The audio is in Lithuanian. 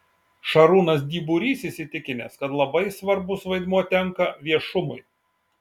šarūnas dyburys įsitikinęs kad labai svarbus vaidmuo tenka viešumui